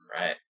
Right